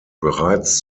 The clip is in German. bereits